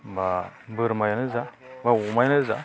बा बोरमायानो जा बा अमायानो जा